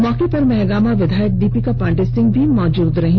मौके पर महागामा विधायक दीपिका पांडे सिंह भी मौजूद रहीं